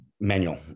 manual